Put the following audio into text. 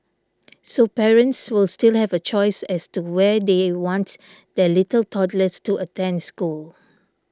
so parents will still have a choice as to where they want their little toddlers to attend school